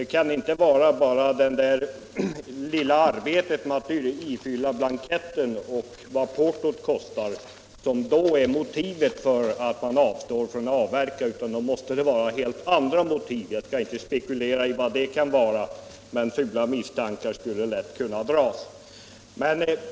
Det kan inte vara bara det där lilla arbetet med att fylla i blanketten och kostnaden för portot som är motivet för att man avstår från att avverka, utan då måste det vara helt andra motiv. Jag skall inte spekulera i vad det kan vara, men man skulle lätt kunna få fula misstankar.